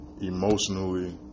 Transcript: emotionally